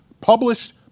published